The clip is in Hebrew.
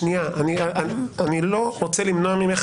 אני לא רוצה למנוע ממך,